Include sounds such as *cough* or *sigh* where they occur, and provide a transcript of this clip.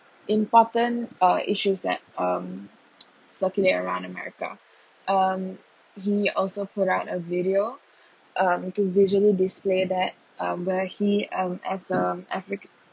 important uh issues that um *noise* circulate around america *breath* um he also put up a video *breath* um to visually display that um where he um as a african